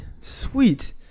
sweet